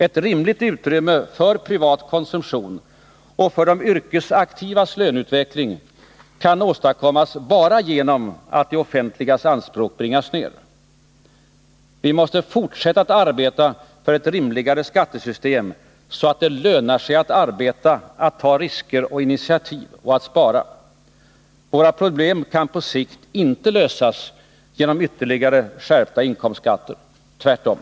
Ett rimligt utrymme för privat konsumtion och för de yrkesaktivas löneutveckling kan åstadkommas bara genom att det offentligas anspråk bringas ned. Vi måste fortsätta att arbeta för ett rimligare skattesystem så att det lönar. Nr 29 sig att arbeta, att ta risker och in iv och att spara. Våra problem kan på sikt Torsdagen den inte lösas genom ytterligare skärpta inkomstskatter. Tvärtom!